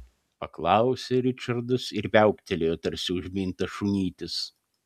paklausė ričardas ir viauktelėjo tarsi užmintas šunytis